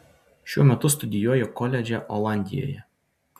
šiuo metu studijuoju koledže olandijoje